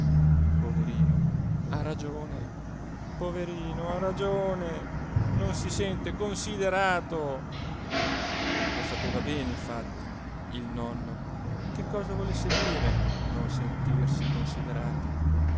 poverino ha ragione poverino ha ragione non si sente considerato lo sapeva bene infatti il nonno che cosa volesse dire non sentirsi considerati